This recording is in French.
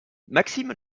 maxime